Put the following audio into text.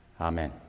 Amen